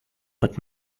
but